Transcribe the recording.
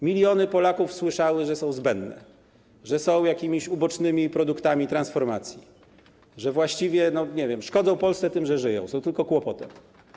Miliony Polaków słyszały, że są zbędne, że są jakimiś ubocznymi produktami transformacji, że właściwie szkodzą Polsce tym, że żyją, są tylko kłopotem.